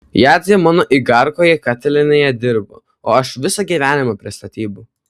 jadzė mano igarkoje katilinėje dirbo o aš visą gyvenimą prie statybų